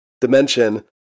dimension